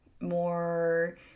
more